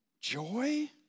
joy